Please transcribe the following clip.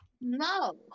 No